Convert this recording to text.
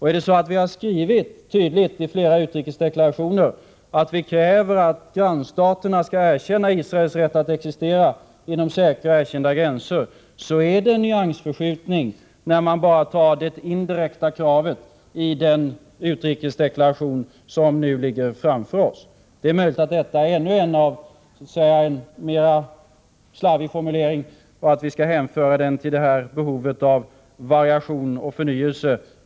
Är det så att vi tydligt skrivit i flera utrikesdeklarationer att vi kräver att grannstaterna erkänner Israels rätt att existera inom säkra och erkända gränser, då är det en nyansförskjutning när man bara tar upp det indirekta kravet i den utrikespolitiska deklaration som nu ligger framför oss. Det är möjligt att detta är ännu en mera slarvig formulering och att vi skall hänföra det till behovet av variation och förnyelse.